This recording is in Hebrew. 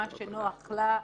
למה שנוח לה,